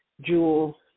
Jewel